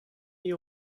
you